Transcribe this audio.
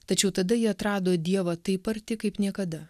tačiau tada jie atrado dievą taip arti kaip niekada